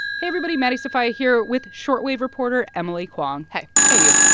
hey, everybody. maddie sofia here with short wave reporter emily kwong hey hey, you.